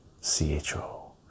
C-H-O